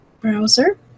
browser